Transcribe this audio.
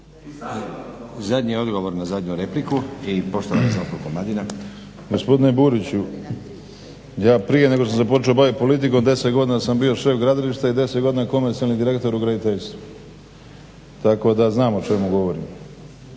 zadnji odgovor na zadnju repliku i poštovani Zlatko Komadina. **Komadina, Zlatko (SDP)** Gospodine Buriću, ja prije nego što sam se počeo baviti politikom 10 godina sam bio šef gradilišta i 10 godina komercijalni direktor u graditeljstvu, tako da znam o čemu govorim.